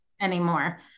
anymore